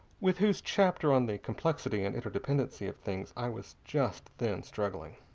with whose chapter on the complexity and interdependency of things i was just then struggling.